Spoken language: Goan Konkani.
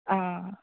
आं